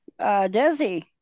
Desi